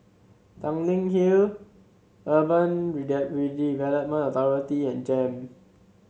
Tanglin Hill Urban Redevelopment Authority and JEM